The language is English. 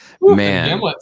Man